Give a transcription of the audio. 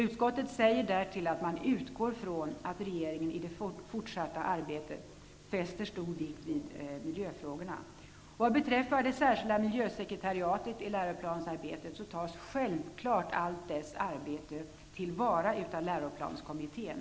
Utskottet säger därtill att man utgår från att regeringen i det fortsatta arbetet fäster stor vikt vid miljöfrågorna. Vad beträffar det särskilda miljösekretariatet i läroplansarbetet tas självfallet dess arbete till vara av läroplanskommittén.